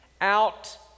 out